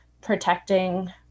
protecting